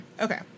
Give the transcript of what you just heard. okay